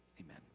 amen